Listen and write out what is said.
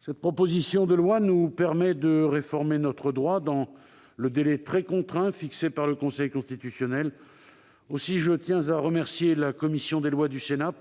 Cette proposition de loi nous permet de réformer notre droit dans le délai très contraint fixé par le Conseil constitutionnel. Aussi, je tiens à remercier la commission des lois du Sénat,